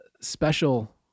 special